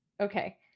Okay